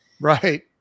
Right